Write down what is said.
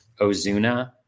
Ozuna